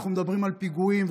אנחנו מדברים על פיגועים,